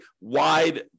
wide